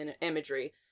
imagery